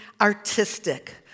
artistic